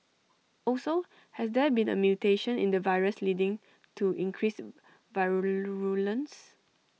also has there been A mutation in the virus leading to increased virulence